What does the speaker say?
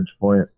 point